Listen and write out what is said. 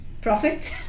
profits